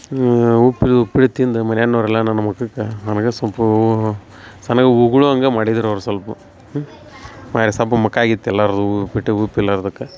ಉಪ್ಪು ಇಲ್ಲದ ಉಪ್ಪಿಟ್ಟು ತಿಂದ ಮನೆನೋರು ಎಲ್ಲ ನನ್ನ ಮುಖಕ್ಕ ನನಗೆ ನನಗೆ ಉಗುಳುವಂಗ ಮಾಡಿದ್ರ ಅವ್ರ ಸ್ವಲ್ಪ ಮೊಖ ಆಗಿತ್ತು ಎಲ್ಲಾರ್ದೂ ಉಪ್ಪಿಟಗ ಉಪ್ಪು ಇಲ್ಲಾರ್ದಕ್ಕೆ